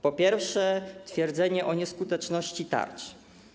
Po pierwsze, twierdzenie o nieskuteczności tarcz.